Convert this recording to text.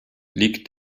liegt